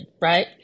right